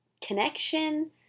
connection